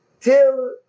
till